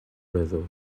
orador